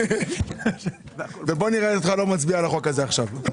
כן, ובוא נראה אותך לא מצביע על החוק הזה עכשיו.